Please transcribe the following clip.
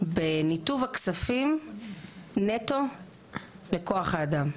בניתוב הכספים נטו לכוח האדם.